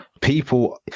people